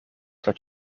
dat